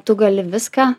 tu gali viską